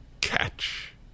catch